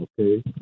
Okay